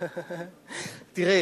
תראה,